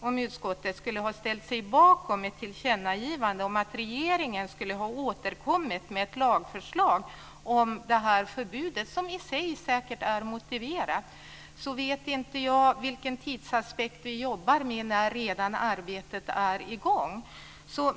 Om utskottet skulle ha ställt sig bakom ett tillkännagivande om att regeringen skulle återkomma med ett lagförslag när det gäller det här förbudet, som i sig säkert är motiverat, vet inte jag vilken tidsaspekt jag jobbar med. Arbetet är redan i gång.